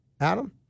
Adam